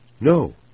No